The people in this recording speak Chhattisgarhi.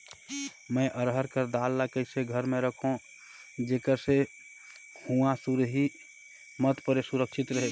मैं अरहर कर दाल ला कइसे घर मे रखों जेकर से हुंआ सुरही मत परे सुरक्षित रहे?